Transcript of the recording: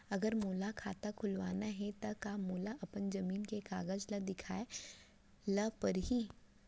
अगर मोला खाता खुलवाना हे त का मोला अपन जमीन के कागज ला दिखएल पढही?